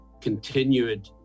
continued